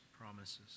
promises